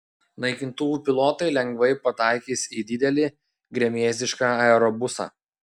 naikintuvų pilotai lengvai pataikys į didelį gremėzdišką aerobusą